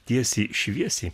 tiesiai šviesiai